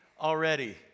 already